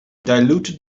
diluted